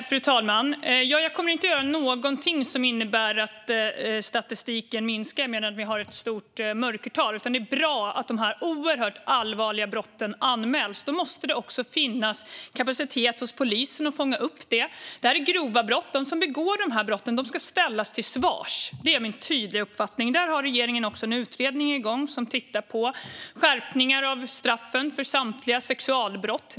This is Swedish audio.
Fru talman! Jag kommer inte att göra någonting som innebär att statistiken förbättras medan vi har ett stort mörkertal. Det är bra att dessa oerhört allvarliga brott anmäls, men då måste det också finnas kapacitet hos polisen att fånga upp detta. Det här är grova brott. De som begår dessa brott ska ställas till svars; det är min tydliga uppfattning. Regeringen har en utredning igång som tittar på skärpningar av straffen för samtliga sexualbrott.